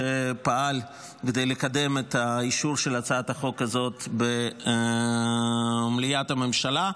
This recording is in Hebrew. שפעל כדי לקדם את האישור של הצעת החוק הזאת במליאת הממשלה,